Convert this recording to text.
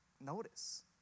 notice